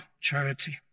charity